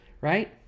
right